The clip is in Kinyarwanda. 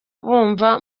bumva